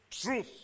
truth